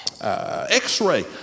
x-ray